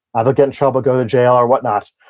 either get in trouble or go to jail, or whatnot.